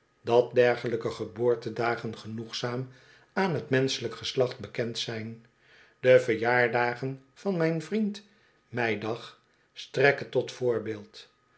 dat dergelijke geboortedagen genoegzaam aan t menschelijk geslacht bekend zajn de verjaardagen van mijn vriend meidag strekke tot voorbeeld